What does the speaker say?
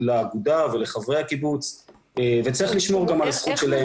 לאגודה ולחברי הקיבוץ וצריך לשמור גם על הזכות שלהם.